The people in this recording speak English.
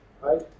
right